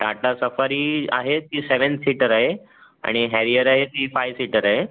Tata Safari आहे ती seven seater आहे आणि हॅरिअर आहे ती फाय सिटर आहे